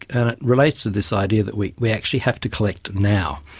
and it relates to this idea that we we actually have to collect now.